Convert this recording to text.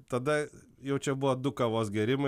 tada jau čia buvo du kavos gėrimai